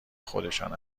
خودشان